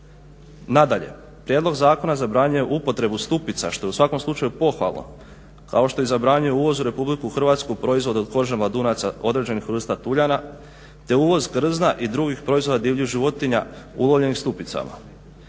Nadalje, prijedlog zakona zabranjuje upotrebu stupica što je u svakom slučaju pohvalno, kao što zabranjuje i uvoz u RH proizvode od kože mladunaca određenih vrsta tuljana te uvoz krzna i drugih proizvoda divljih životinja ulovljenih stupicama.